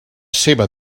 seva